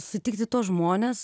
sutikti tuos žmones